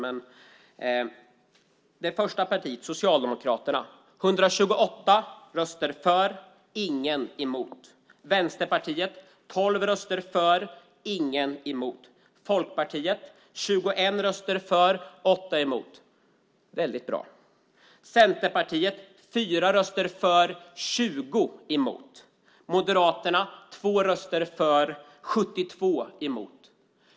I det första partiet, Socialdemokraterna, var det 128 röster för och ingen emot. I Vänsterpartiet var det 12 röster för och ingen emot. I Folkpartiet var det 21 röster för och 8 emot - väldigt bra. I Centerpartiet var det 4 röster för och 20 emot. I Moderaterna var det 2 röster för och 72 emot.